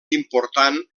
important